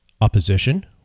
Opposition